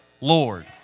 Lord